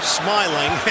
smiling